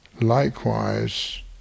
likewise